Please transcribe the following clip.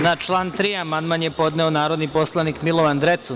Na član 3. amandman je podneo narodni poslanik Milovan Drecun.